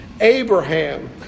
Abraham